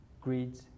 greed